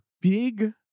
big